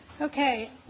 Okay